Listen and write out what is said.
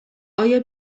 آیا